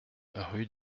rue